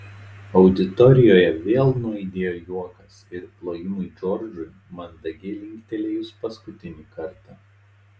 auditorijoje vėl nuaidėjo juokas ir plojimai džordžui mandagiai linktelėjus paskutinį kartą